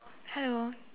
hello